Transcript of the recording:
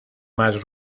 más